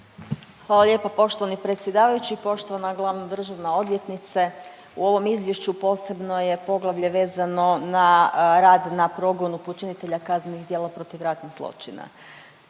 Hvala lijepo poštovani predsjedavajući, poštovana glavna državna odvjetnice, u ovom Izvješću posebno je poglavlje vezano na rad na progonu počinitelja kaznenih djela protiv ratnih zločina.